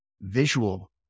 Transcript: visual